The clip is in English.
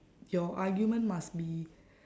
your argument must be